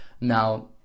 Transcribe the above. now